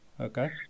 Okay